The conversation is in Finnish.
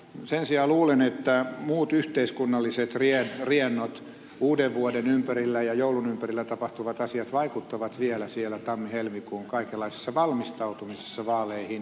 sen sijaan luulen että muut yhteiskunnalliset riennot uudenvuoden ympärillä ja joulun ympärillä tapahtuvat asiat vaikuttavat vielä siellä tammihelmikuun kaikenlaisessa valmistautumisessa vaaleihin